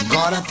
God